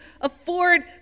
afford